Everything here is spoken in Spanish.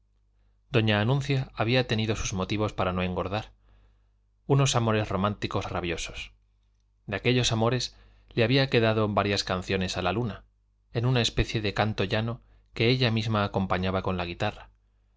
doña anuncia había tenido sus motivos para no engordar unos amores románticos rabiosos de aquellos amores le habían quedado varias canciones a la luna en una especie de canto llano que ella misma acompañaba con la guitarra